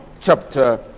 chapter